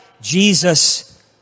Jesus